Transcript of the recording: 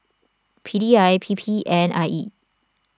P D I P P and I E